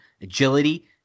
agility